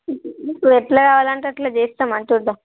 ఇప్పుడు ఎట్లా కావాలంటే అట్లా చేస్తాం మరి చూద్దాం